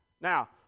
now